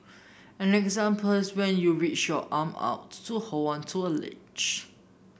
an example is when you reach your arm out to hold onto a ledge